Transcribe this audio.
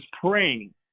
praying